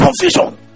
Confusion